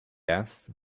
asked